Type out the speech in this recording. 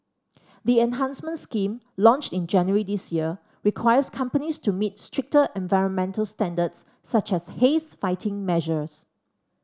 the enhanced scheme launched in January this year requires companies to meet stricter environmental standards such as haze fighting measures